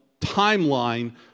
timeline